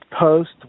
post